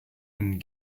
and